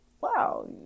wow